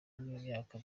bw’imyaka